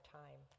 time